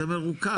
מרוכך.